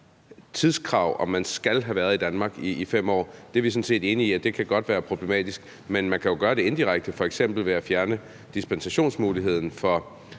tidskrav om, at man skal have været i Danmark i 5 år er vi sådan set enige i godt kan være problematisk, men man kan jo gøre det indirekte, f.eks. ved at fjerne dispensationsmuligheden for